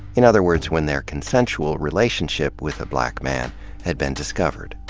in other words, when their consensual relationship with a black man had been discovered.